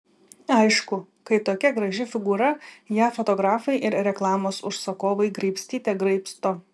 aišku kai tokia graži figūra ją fotografai ir reklamos užsakovai graibstyte graibsto